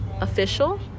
official